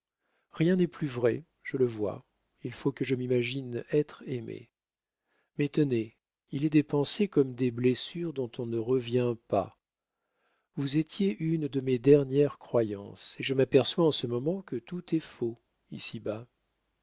rien n'est plus vrai je le vois il faut que je m'imagine être aimé mais tenez il est des pensées comme des blessures dont on ne revient pas vous étiez une de mes dernières croyances et je m'aperçois en ce moment que tout est faux ici